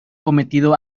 cometido